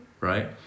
right